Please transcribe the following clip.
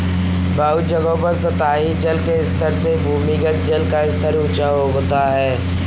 बहुत जगहों पर सतही जल के स्तर से भूमिगत जल का स्तर ऊँचा होता है